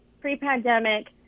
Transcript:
pre-pandemic